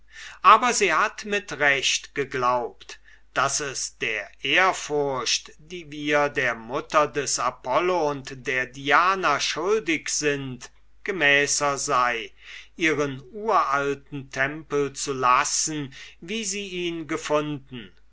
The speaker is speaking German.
aber sie hat mit recht geglaubt daß es der ehrfurcht die wir der mutter des apollo und der diana schuldig sind gemäßer sei ihren uralten tempel zu lassen wie sie ihn gefunden